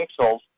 pixels